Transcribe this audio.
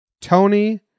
Tony